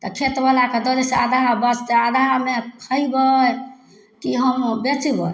तऽ खेतबला के दऽ दै छियै आधा बचतै आधामे खयबै कि हम बेचबै